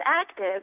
active